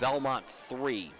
belmont three